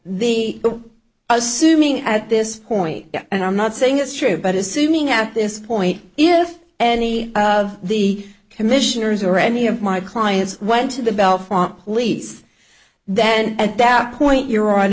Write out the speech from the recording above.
the assuming at this point and i'm not saying it's true but assuming i have this point if any of the commissioners or any of my clients went to the bell from police then at that point your hon